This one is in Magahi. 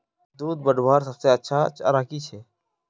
दूध बढ़वार सबसे अच्छा चारा की छे?